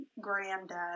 granddad